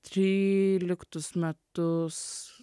tryliktus metus